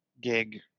gig